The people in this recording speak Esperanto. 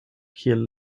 kiel